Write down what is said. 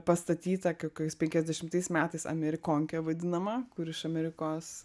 pastatyta kokiais penkiasdešimtais metais amerikonkė vadinama kur iš amerikos